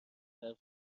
برف